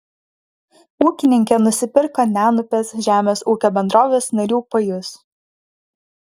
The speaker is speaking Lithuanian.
ūkininkė nusipirko nenupės žemės ūkio bendrovės narių pajus